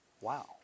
Wow